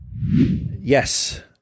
Yes